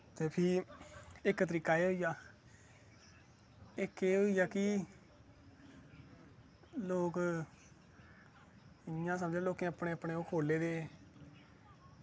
ते फ्ही इक तरीका एह् होइया केह् होईया कि लोग इयां समझो लोकें अपनें ओह् खोह्ले दे